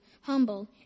humble